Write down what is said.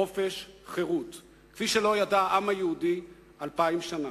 חופש, חירות, כאלה שלא ידע העם היהודי אלפיים שנה.